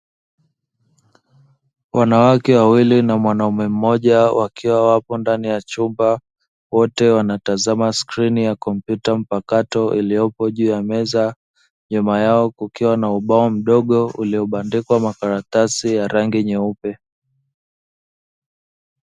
Wanawake wawili na mwanaume mmoja wakiwa wapo ndani ya chumba, wote wanatazama skrini ya kompyuta mpakato iliyopo juu ya meza, nyuma yao kukiwa na ubao mdogo uliobandikwa makaratasi ya rangi nyeupe.